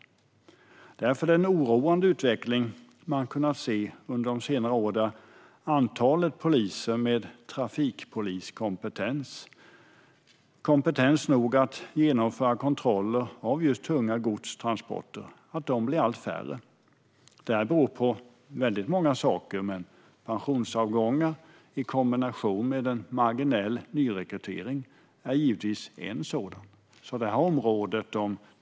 Det är därför en oroande utveckling som man har kunnat se under senare år där antalet poliser med trafikpoliskompetens för att genomföra kontroller av tunga godstransporter blir allt färre. Detta beror på många saker, men pensionsavgångar i kombination med en marginell nyrekrytering är givetvis en orsak.